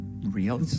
real